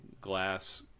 glass